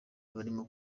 barimo